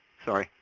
sorry,